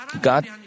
God